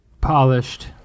Polished